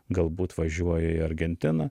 galbūt važiuoja į argentiną